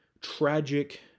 tragic